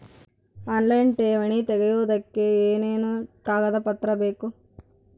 Online ಠೇವಣಿ ತೆಗಿಯೋದಕ್ಕೆ ಏನೇನು ಕಾಗದಪತ್ರ ಬೇಕು?